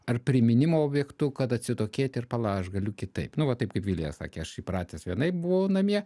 ar priminimo objektu kad atsitokėti ir pala aš galiu kitaip nu va taip kaip vilija sakė aš įpratęs vienaip buvau namie